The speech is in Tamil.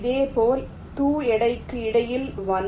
இதேபோல் இந்த 2 எடைகளுக்கு இடையில் 1